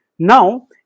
Now